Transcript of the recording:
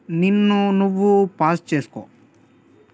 నిన్ను నువ్వు పాజ్ చేసుకో